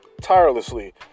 tirelessly